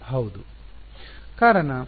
ವಿದ್ಯಾರ್ಥಿ ಹೌದು ಕಾರಣ